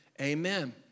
Amen